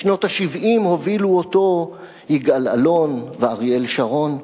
בשנות ה-70 הובילו אותו יגאל אלון ואריאל שרון.